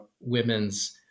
women's